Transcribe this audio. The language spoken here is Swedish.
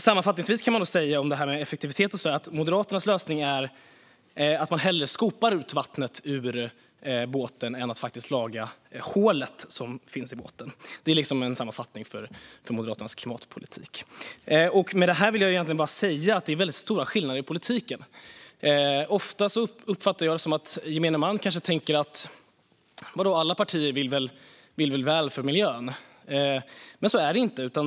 Sammanfattningsvis kan jag säga om effektivitet att Moderaternas lösning är att hellre skopa ut vattnet ur båten än att faktiskt laga hålet i båten. Det är en sammanfattning av Moderaternas klimatpolitik. Det är stora skillnader i politiken. Ofta uppfattar jag det som att gemene man tänker att alla partier vill väl för miljön. Men så är det inte.